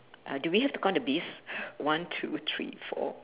uh do we have to count the bees one two three four